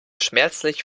schmerzlich